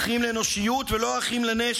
אחים לאנושיות ולא אחים לנשק,